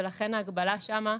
ולכן ההגבלה שם,